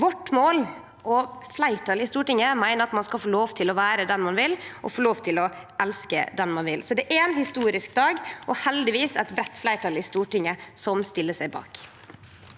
Vårt mål er, og fleirtalet i Stortinget meiner, at ein skal få lov til å vere den ein vil, og få lov til å elske den ein vil. Dette er ein historisk dag, og heldigvis er det eit breitt fleirtal i Stortinget som stiller seg bak